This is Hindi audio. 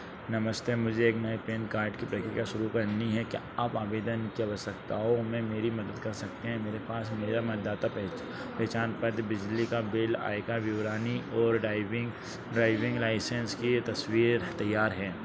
नमस्ते मुझे एक नए पैन कार्ड की प्रक्रिया शुरू करनी है क्या आप आवेदन की आवश्यकताओं में मेरी मदद कर सकते हैं मेरे पास मेरा मतदाता पहचान पत्र बिजली का बिल आयका विवराणी और ड्राइविंग ड्राइविंग लाइसेंस की तस्वीर तैयार है